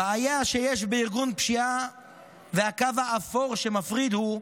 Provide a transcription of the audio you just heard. הבעיה שיש בארגון פשיעה והקו האפור שמפריד הוא,